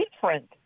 different